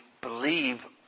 believe